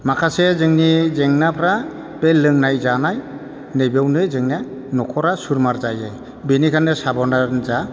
माखासे जोंनि जेंनाफोरा बे लोंनाय जानाय नैबेयावनो जोंना न'खरा सुर मार जायो बेनिखायनो साबदान जा